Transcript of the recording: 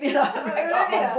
!huh! really ah